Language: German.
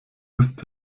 ist